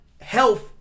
health